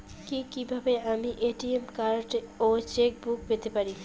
কি কিভাবে আমি এ.টি.এম কার্ড ও চেক বুক পেতে পারি?